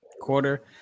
quarter